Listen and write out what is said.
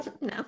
No